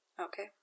Okay